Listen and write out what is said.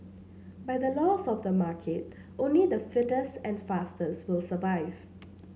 by the laws of the market only the fittest and fastest will survive